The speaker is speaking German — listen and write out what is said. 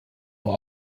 vor